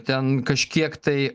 ten kažkiek tai